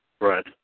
Right